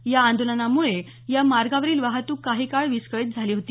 या आंदोलनामुळे या मार्गावरील वाहतूक काही काळ विस्कळीत झाली होती